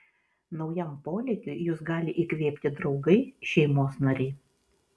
naujam polėkiui jus gali įkvėpti draugai šeimos nariai